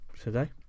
today